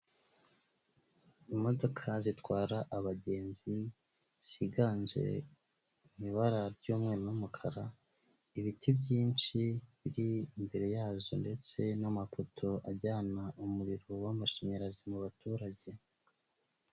Imodoka zitwara abagenzi ziganje mu ibara ry'umweru n'umukara, ibiti byinshi biri imbere yazo ndetse n'amapoto ajyana umuriro w'amashanyarazi mu baturage.